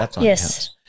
Yes